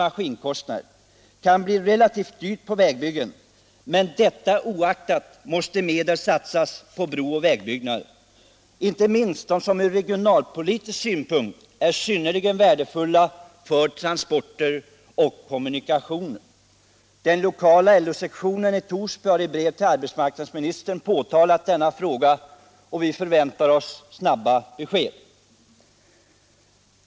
maskinkostnader kan bli relativt stora, men detta oaktat måste medel satsas på bro och vägbyggnader, inte minst de som från regionalpolitisk synpunkt är synnerligen värdefulla för transporter och kommunikationer. Den lokala LO-sektionen i Torsby har i brev till arbetsmarknadsministern pekat på denna fråga, och vi förväntar oss snara besked.